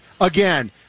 Again